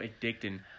addicting